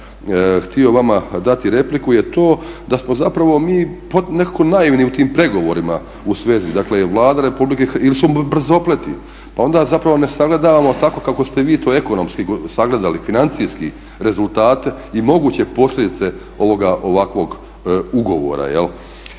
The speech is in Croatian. htio vama dati repliku je to da smo zapravo mi nekako naivni u tim pregovorima u svezi, dakle Vlada Republike Hrvatske ili smo brzopleti pa onda zapravo n sagledavamo tako kako ste vi to ekonomski sagledali, financijske rezultate i moguće posljedice ovakvog ugovora.